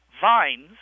vines